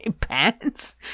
pants